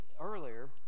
earlier